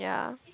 yeah